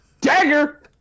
Dagger